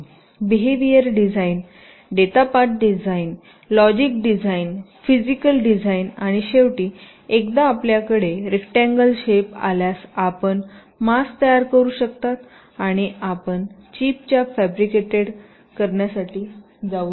behaviour design data path design logic design physical design आणि शेवटीएकदा आपल्याकडे रेकट्यांगल शेप आल्यास आपण मास्क तयार करू शकता आणि आपण चिपच्या फॅब्रिकेटेड करण्यासाठी जाऊ शकता